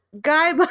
guy